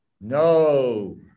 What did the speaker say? No